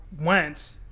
went